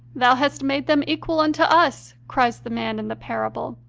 thou hast made them equal unto us, cries the man in the parable,